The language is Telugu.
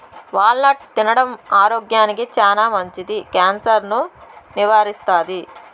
వాల్ నట్ తినడం ఆరోగ్యానికి చానా మంచిది, క్యాన్సర్ ను నివారిస్తాది